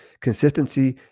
Consistency